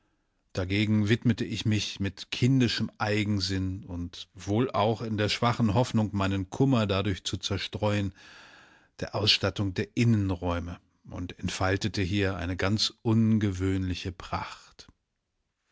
dagegen widmete ich mich mit kindischem eigensinn und wohl auch in der schwachen hoffnung meinen kummer dadurch zu zerstreuen der ausstattung der innenräume und entfaltete hier eine ganz ungewöhnliche pracht